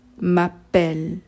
m'appelle